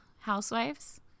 Housewives